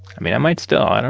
i mean, i might still, and